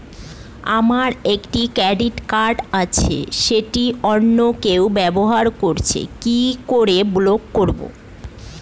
আমার একটি credit card আছে যেটা অন্য কেউ ব্যবহার করছে কি করে ব্লক করবো?